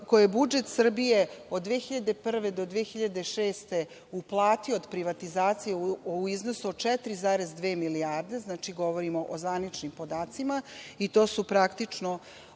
koje budžet Srbije od 2001. do 2006. godine uplatio od privatizacija u iznosu od 4,2 milijarde, znači govorimo o zvaničnim podacima, i to su praktično